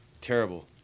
Terrible